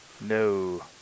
No